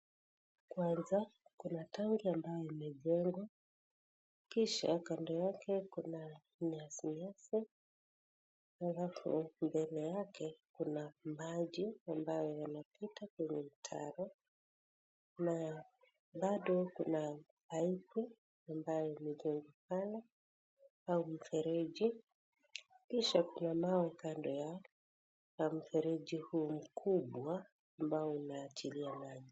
Kwanza kuna towel ambao imejengwa kisha kando yake kuna nyasi nyasi halafu mbele yake kuna maji ambayo yamepita kwenye mtaro na bado kuna paipu ambayo iko pale au mfereji, kisha kuna mawe kando ya mfereji huu mkubwa ambao unaachilia maji.